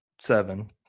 seven